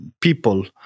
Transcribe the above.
people